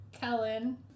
Kellen